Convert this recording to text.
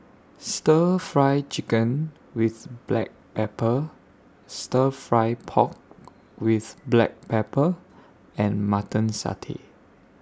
Stir Fry Chicken with Black Pepper Stir Fry Pork with Black Pepper and Mutton Satay